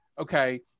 okay